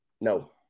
No